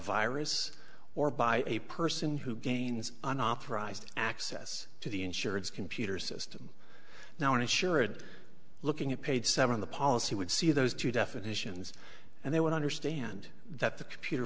virus or by a person who gains an authorized access to the insurance computer system now and assured looking at paid seven the policy would see those two definitions and they would understand that the computer